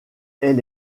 elle